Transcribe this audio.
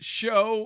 show